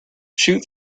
shoot